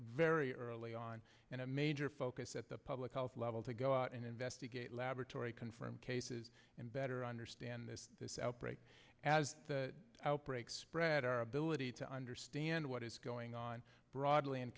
very early on and a major focus at the public health level to go out and investigate laboratory confirmed cases and better understand this this outbreak as the outbreak spread our ability to understand what is going on broad